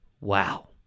Wow